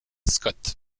scott